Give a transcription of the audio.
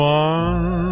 one